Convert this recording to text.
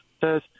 says